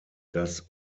das